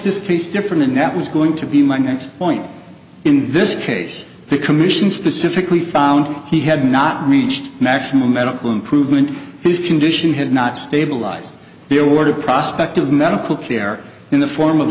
this case different and that was going to be my next point in this case the commission specifically found he had not reached maximum medical improvement his condition had not stabilized the order prospect of medical care in the form of